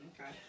Okay